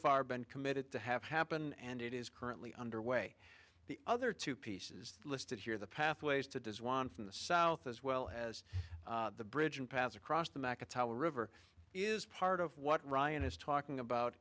far been committed to have happen and it is currently under way the other two pieces listed here the pathways to does one from the south as well as the bridge and paths across the markets how river is part of what ryan is talking about